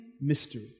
mystery